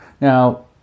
Now